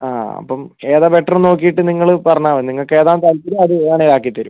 അ അപ്പം ഏതാ ബെറ്റർ എന്ന് നോക്കീട്ട് നിങ്ങൾ പറഞ്ഞാ മതി നിങ്ങൾക്ക് ഏതാ താല്പര്യം അത് വേണേൽ ആക്കി തരും